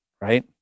right